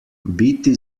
biti